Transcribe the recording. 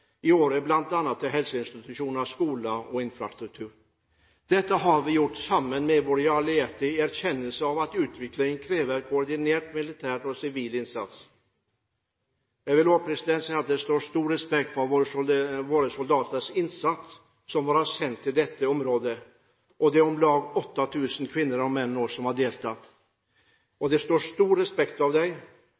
i året til bl.a. helseinstitusjoner, skoler og infrastruktur. Dette har vi gjort sammen med våre allierte i erkjennelsen av at utvikling krever koordinert militær og sivil innsats. Jeg vil også si at det står stor respekt av våre soldaters innsats – soldater som vi har sendt til dette området. Det er om lag 8 000 kvinner og menn som har deltatt. Det står det stor respekt av.